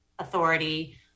Authority